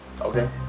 Okay